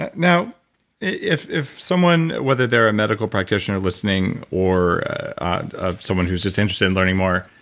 you know if if someone, whether they're a medical practitioner listening or someone who is just interested in learning more,